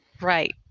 right